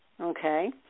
okay